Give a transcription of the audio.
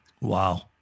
Wow